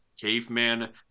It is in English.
caveman